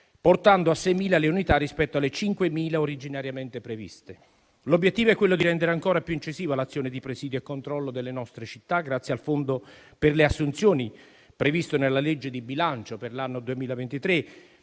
portando a 6.000 le unità rispetto alle 5.000 originariamente previste. L'obiettivo è quello di rendere ancora più incisiva l'azione di presidio e controllo delle nostre città grazie al Fondo per le assunzioni, previsto nella legge di bilancio per l'anno 2023,